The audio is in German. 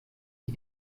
die